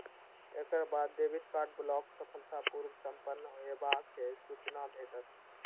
एकर बाद debit card block सफलतापूर्व संपन्न हेबाक सूचना भेटत